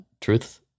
truth